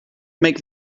make